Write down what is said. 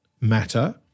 matter